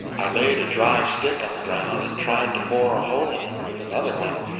i laid a dry stick on the ground and tried to bore a hole in it with another one,